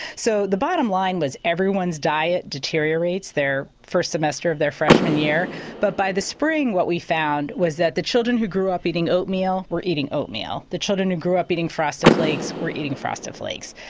so the bottom line was everyone's diet deteriorates the first semester of their freshmen year but by the spring what we found was that the children who grew up eating oatmeal were eating oatmeal. the children who grew up eating frosty flakes were eating frosty flakes.